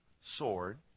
sword